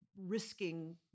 risking